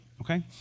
okay